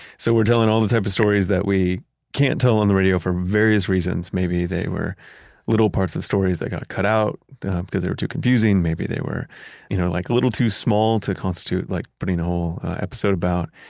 so we're telling all the types of stories that we can't tell on the radio for various reasons. maybe they were little parts of stories that got cut out because they were too confusing. maybe they were you know like a little too small to constitute like putting a whole episode about.